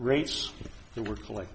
rates were collect